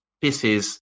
pieces